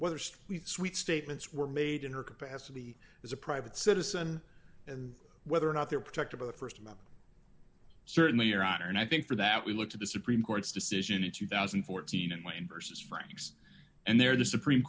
whether steve sweet statements were made in her capacity as a private citizen and whether or not they're protected by the st amendment certainly your honor and i think for that we looked at the supreme court's decision in two thousand and fourteen and wayne versus franks and their the supreme